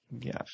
Yes